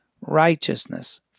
righteousness